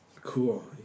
Cool